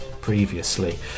previously